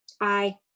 aye